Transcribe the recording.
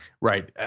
right